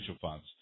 funds